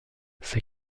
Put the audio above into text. ces